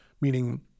meaning